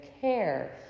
care